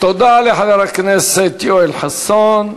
תודה לחבר הכנסת יואל חסון.